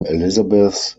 elizabeth